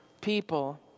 people